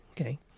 okay